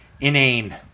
inane